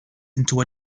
into